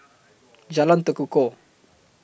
Jalan Tekukor